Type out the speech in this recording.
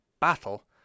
battle